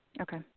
Okay